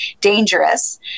dangerous